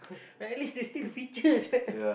but at least they still feature sia